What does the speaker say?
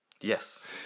Yes